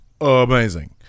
amazing